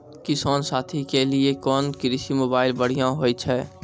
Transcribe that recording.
किसान साथी के लिए कोन कृषि मोबाइल बढ़िया होय छै?